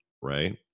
right